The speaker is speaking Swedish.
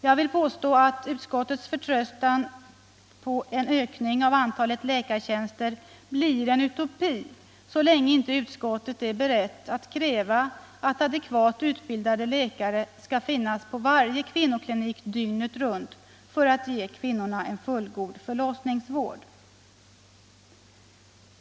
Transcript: Jag vill påstå att utskottets förtröstan på en ökning av antalet läkartjänster blir en utopi så länge utskottet inte är berett att kräva att adekvat utbildade läkare skall finnas på varje kvinnoklinik dygnet runt för att ge kvinnorna en fullgod förlossningsvård.